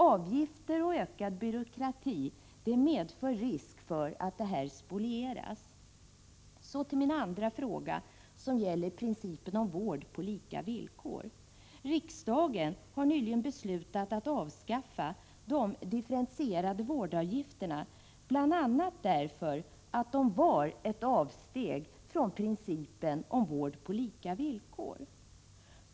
Avgifter och ökad byråkrati medför risk för att det här spolieras. Så till min andra fråga, som gäller principen om vård på lika villkor. Riksdagen har nyligen beslutat att avskaffa de differentierade vårdavgifterna, bl.a. därför att de var ett avsteg från principen om vård på lika villkor.